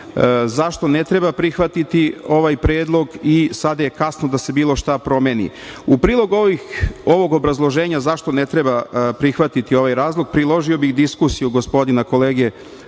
zašto ne treba prihvatiti ovaj predlog i sada je kasno da se bilo šta promeni.U prilog ovog obrazloženja zašto ne treba prihvatiti ovaj razlog, priložio bih diskusiju gospodina kolege